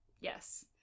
Yes